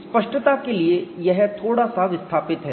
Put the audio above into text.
स्पष्टता के लिए यह थोड़ा सा विस्थापित है